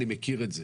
אני מכיר את זה.